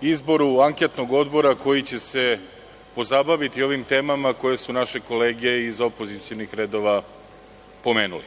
izboru Anketnog odbora koji će se pozabaviti ovim temama koje su naše kolege iz opozicionih redova pomenuli.